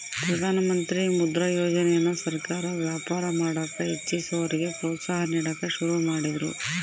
ಪ್ರಧಾನಮಂತ್ರಿ ಮುದ್ರಾ ಯೋಜನೆಯನ್ನ ಸರ್ಕಾರ ವ್ಯಾಪಾರ ಮಾಡಕ ಇಚ್ಚಿಸೋರಿಗೆ ಪ್ರೋತ್ಸಾಹ ನೀಡಕ ಶುರು ಮಾಡಿದ್ರು